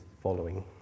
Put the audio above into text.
following